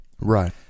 right